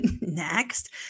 next